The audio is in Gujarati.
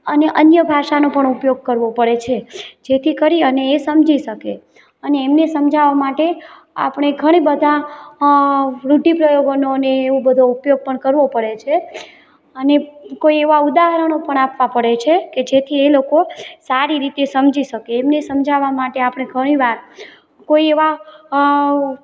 અને અન્ય ભાષાનો પણ ઉપયોગ કરવો પડે છે જેથી કરી અને એ સમજી શકે અને એમને સમજાવવા માટે આપણે ઘણા બધા રૂઢીપ્રયોગોનો અને એવો બધો ઉપયોગ પણ કરવો પડે છે અને કોઈ એવા ઉદાહરણો પણ આપવા પડે છે કે જેથી એ લોકો સારી રીતે સમજી શકે એમને સમજાવવા આપણે ઘણીવાર કોઈ એવા